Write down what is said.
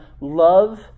love